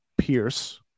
Pierce